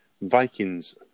Vikings